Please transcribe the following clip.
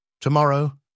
Tomorrow